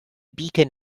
beacon